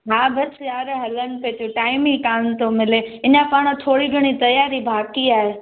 हा बसि यार हलनि पेई थियूं टाइम ई कान थो मिले अञा पाणि थोरी तयारी बाक़ी आहे